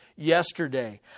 yesterday